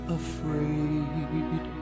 afraid